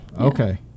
Okay